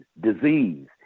disease